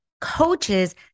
coaches